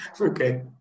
okay